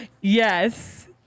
Yes